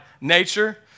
nature